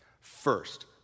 First